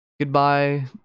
Goodbye